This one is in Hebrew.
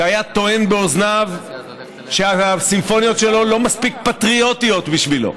וזה היה טוען באוזניו שהסימפוניות שלו לא מספיק פטריוטיות בשבילו,